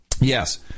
Yes